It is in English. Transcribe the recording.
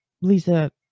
Lisa